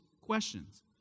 questions